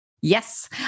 Yes